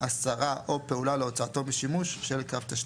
הסרה או פעולה להוצאתו משימוש של קו תשתית,